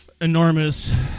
Enormous